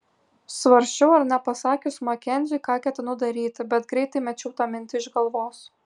svarsčiau ar nepasakius makenziui ką ketinu daryti bet greitai mečiau tą mintį iš galvos